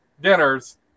dinners